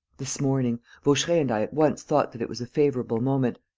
this morning. vaucheray and i at once thought that it was a favourable moment.